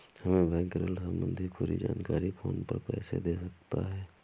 हमें बैंक ऋण संबंधी पूरी जानकारी फोन पर कैसे दे सकता है?